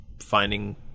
finding